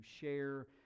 share